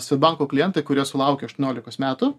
svedbanko klientai kurie sulaukė aštuoniolikos metų